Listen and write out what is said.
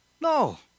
No